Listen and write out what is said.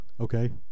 Okay